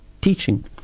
teaching